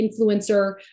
influencer